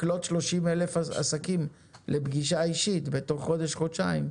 לקלוט 30,000 עסקים לפגישה אישית בתוך חודש-חודשיים,